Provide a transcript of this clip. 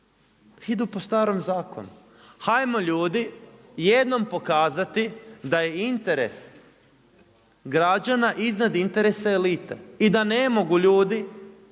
Idu po starom zakonu. Ajmo ljudi jednom pokazati da je interes građana iznad interesa elite. I da ne mogu ljudi